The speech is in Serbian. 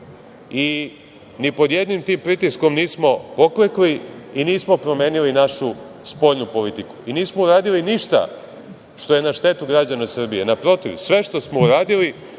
i ni pod jednim tim pritiskom nismo poklekli i nismo promenili našu spoljnu politiku. Nismo uradili ništa što je na štetu građana Srbije. Naprotiv, sve što smo uradili,